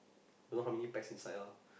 you know how many packs inside ah